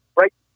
right